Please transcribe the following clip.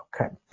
Okay